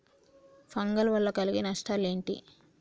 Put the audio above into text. Fungal వల్ల కలిగే నష్టలేంటి?